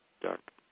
Dark